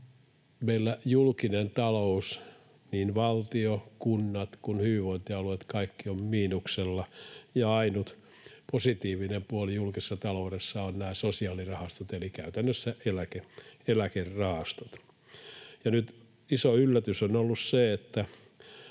Meillä julkinen talous — niin valtio, kunnat kuin hyvinvointialueetkin, kaikki — on miinuksella, ja ainut positiivinen puoli julkisessa taloudessa ovat nämä sosiaalirahastot eli käytännössä eläkerahastot. Nyt iso yllätys on ollut se, että